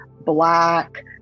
black